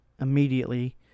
immediately